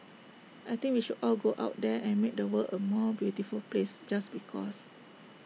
I think we should all go out there and make the world A more beautiful place just because